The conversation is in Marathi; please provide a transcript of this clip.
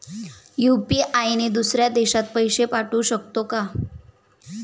यु.पी.आय ने दुसऱ्या देशात पैसे पाठवू शकतो का?